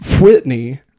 Whitney